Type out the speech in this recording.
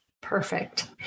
perfect